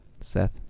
Seth